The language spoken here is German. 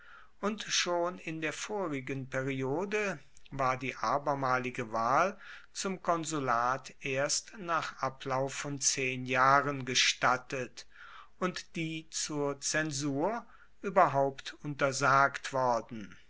und schon in der vorigen periode war die abermalige wahl zum konsulat erst nach ablauf von zehn jahren gestattet und die zur zensur ueberhaupt untersagt worden